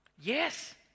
Yes